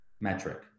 metric